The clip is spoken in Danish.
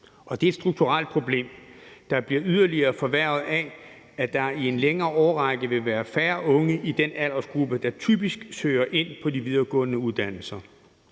og det er et strukturelt problem, der bliver yderligere forværret af, at der i en længere årrække vil være færre unge i den aldersgruppe, der typisk søger ind på de videregående uddannelser.